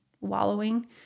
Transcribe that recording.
wallowing